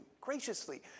graciously